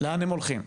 לאן הם הולכים?